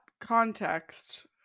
context